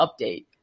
update